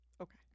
okay